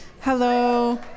Hello